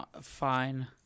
Fine